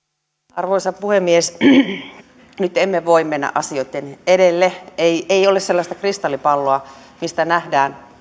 arvoisa puhemies nyt emme voi mennä asioitten edelle ei ole sellaista kristallipalloa mistä nähdään